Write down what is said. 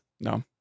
No